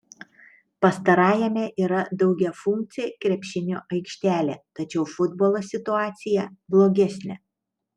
pastarajame yra daugiafunkcė krepšinio aikštelė tačiau futbolo situacija blogesnė